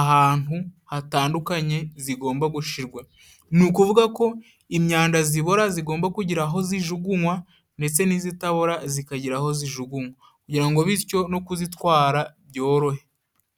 ahantu hatandukanye zigomba gushirwa ni ukuvuga ko imyanda zibora zigomba kugira aho zijugunywa ndetse n'izitabora zikagira aho zijugunywa kugira ngo bityo no kuzitwara byorohe.